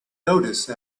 notice